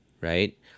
right